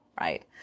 right